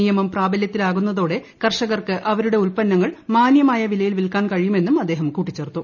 നിയമം പ്രാബലൃത്തിലാകുന്നതോടെ കർഷകർക്ക് അവരുടെ ഉൽപ്പന്നങ്ങൾ മാന്യമായ വിലയിൽ വിൽക്കാൻ കഴിയുമെന്നും അദ്ദേഹം കൂട്ടിച്ചേർത്തു